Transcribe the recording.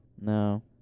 no